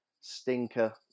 stinker